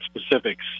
specifics